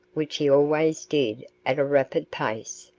which he always did at a rapid pace,